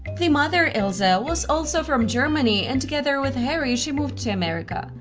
the mother ilse ah was also from germany and together with harry she moved to america.